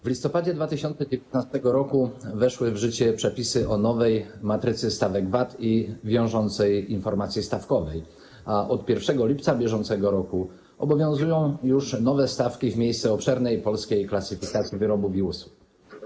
W listopadzie 2019 r. weszły w życie przepisy o nowej matrycy stawek VAT i wiążącej informacji stawkowej, a od 1 lipca br. obowiązują już nowe stawki w miejsce obszernej Polskiej Klasyfikacji Wyrobów i Usług.